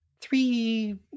three